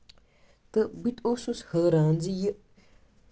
تہٕ بہٕ تہِ اوسُس حٲران زِ یہِ